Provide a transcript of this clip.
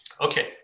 Okay